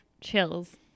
chills